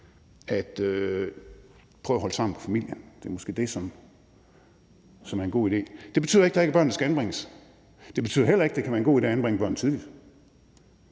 Prøv at holde sammen på familien, det er måske det, som er en god idé. Det betyder ikke, at der ikke er børn, der skal anbringes. Det betyder heller ikke, at det kan være en god idé at anbringe børn tidligt.